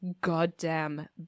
goddamn